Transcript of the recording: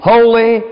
Holy